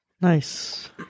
Nice